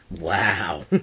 wow